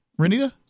Renita